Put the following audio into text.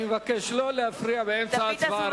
אני מבקש לא להפריע באמצע ההצבעה.